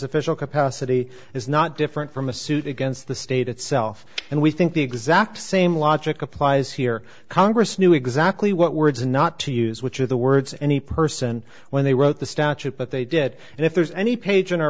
official capacity is not different from a suit against the state itself and we think the exact same logic applies here congress knew exactly what words not to use which are the words any person when they wrote the statute but they did and if there's any page in our